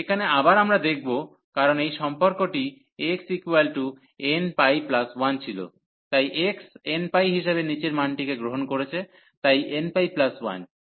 এখানে আবার আমরা দেখব কারণ এই সম্পর্কটি xnπ1 ছিল তাই x nπ হিসাবে নীচের মানটিকে গ্রহণ করছে তাই nπ y